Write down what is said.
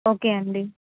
okay అండి